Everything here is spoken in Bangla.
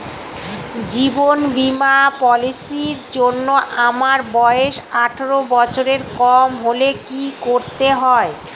জীবন বীমা পলিসি র জন্যে আমার বয়স আঠারো বছরের কম হলে কি করতে হয়?